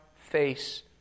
face